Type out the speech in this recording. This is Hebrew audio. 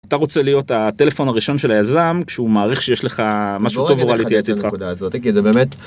אתה רוצה להיות הטלפון הראשון של היזם כשהוא מעריך שיש לך משהו טוב או רע להתייעץ איתך. הנקודה הזאת זה באמת.